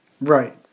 Right